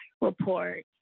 report